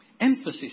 emphasis